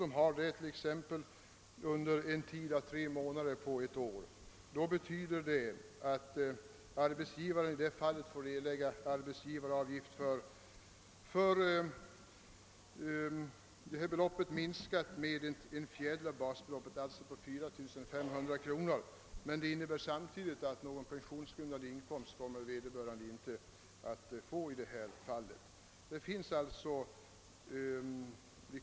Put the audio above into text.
Vederbörande kan ha uppburit den inkomsten på låt oss säga tre månader under ett år. Det betyder att arbetsgivaren får erlägga arbetsgivaravgift för 6 000 kronor minskat med en fjärdedel av basbeloppet, alltså 4500 kronor. Samtidigt innebär det att denne arbetare inte får någon pensionsgrundande inkomst.